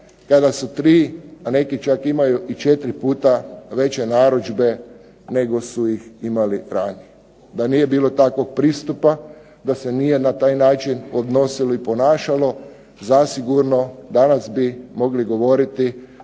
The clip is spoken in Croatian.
kada su 3, a neki čak imaju i 4 puta veće narudžbe nego su ih imali ranije. Da nije bilo takvog pristupa, da se nije na taj način odnosilo i ponašalo zasigurno danas bi mogli govoriti